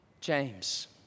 James